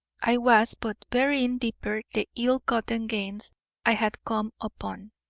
i was but burying deeper the ill-gotten gains i had come upon.